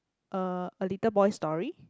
uh a little boy's story